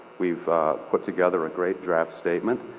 we've put together a great draft statement.